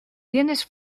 tienes